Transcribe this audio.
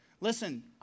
Listen